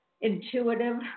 intuitive